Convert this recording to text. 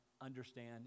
understand